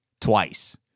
twice